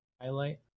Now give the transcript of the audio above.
highlight